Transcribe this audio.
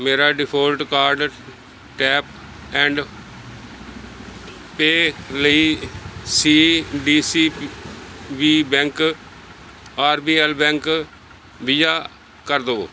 ਮੇਰਾ default card tap and pay ਲਈ C D C B bank R B L bank Visa ਕਰ ਦੇਵੋ